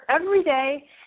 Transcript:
everyday